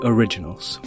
Originals